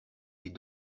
les